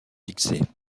fixées